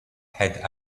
had